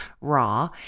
raw